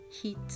heat